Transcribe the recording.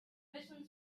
wissen